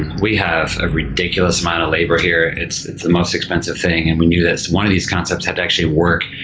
we have a ridiculous amount of labor here. it's it's the most expensive thing and we knew that one of these concepts had actually worked.